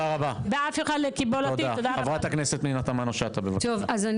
פנינה תמנו שטה בבקשה.